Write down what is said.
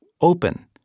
open